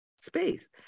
space